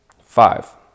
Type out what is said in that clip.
Five